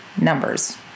numbers